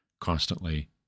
constantly